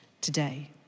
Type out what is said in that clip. today